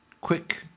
quick